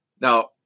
Now